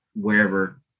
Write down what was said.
wherever